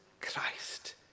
Christ